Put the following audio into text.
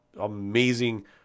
amazing